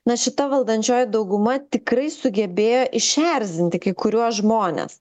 na šita valdančioji dauguma tikrai sugebėjo išerzinti kai kuriuos žmones